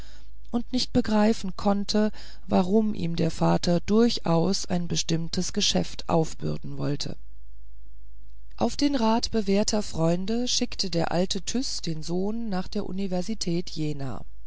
und nicht begreifen konnte warum ihm der vater durchaus ein bestimmtes geschäft aufbürden wollte auf den rat bewährter freunde schickte der alte tyß den sohn nach der universität jena